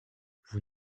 vous